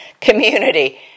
community